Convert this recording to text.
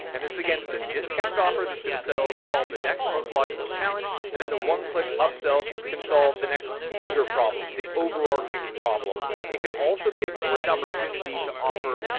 and this again, it's a discounted offer. that's going to sell, solve the next most logical challenge. and then the one click upsell can solve the next bigger problem. the overarching problem. it can also be a great opportunity to offer.